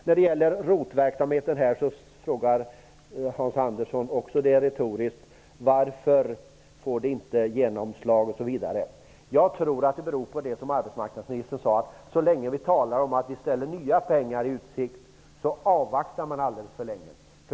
Hans Andersson frågade, också det retoriskt, varför ROT-verksamheten inte får genomslag. Jag tror att det beror på det som arbetsmarknadsministern nämnde. Så länge vi ställer nya pengar i utsikt, avvaktar man alldeles för länge.